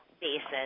basis